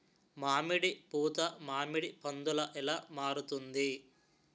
మామిడి పూత మామిడి పందుల ఎలా మారుతుంది?